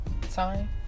time